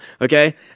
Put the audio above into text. Okay